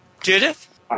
Judith